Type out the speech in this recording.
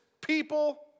people